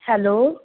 hello